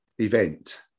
event